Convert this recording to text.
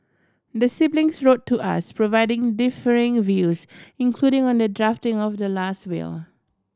the siblings wrote to us providing differing views including on the drafting of the last will